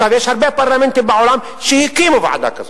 הרבה פרלמנטים בעולם הקימו ועדה כזאת.